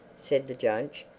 said the judge,